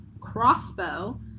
crossbow